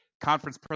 conference